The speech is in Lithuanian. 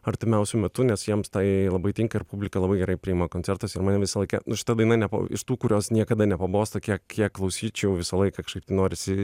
artimiausiu metu nes jiems tai labai tinka ir publika labai gerai priima koncertuose ir mane visą laiką nu šita daina nepa iš tų kurios niekada nepabosta kiek kiek klausyčiau visą laiką kažkaip norisi